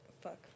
fuck